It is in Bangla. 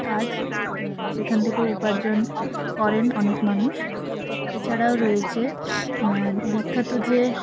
কাজ সেখান থেকেও উপার্জন করেন অনেক মানুষ এছাড়াও রয়েছে বিখ্যাত যে